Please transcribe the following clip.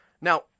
Now